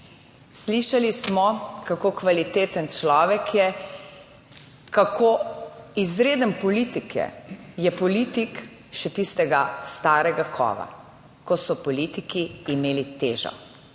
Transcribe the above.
Slišali smo, kako kvaliteten človek je, kako izreden politik je. Je politik še tistega starega kova, ko so politiki imeli težo.